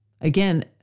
Again